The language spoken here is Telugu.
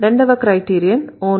రెండవ క్రైటీరియన్ 'only'